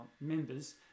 members